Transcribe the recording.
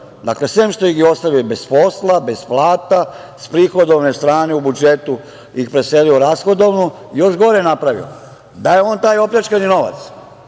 sem što ih je ostavio bez posla, bez plata, sa prihodovne strane u budžetu ih preselio u rashodovnu i još gore napravio. Da je on taj opljačkani novac